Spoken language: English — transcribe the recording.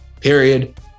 period